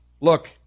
look